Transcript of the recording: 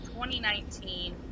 2019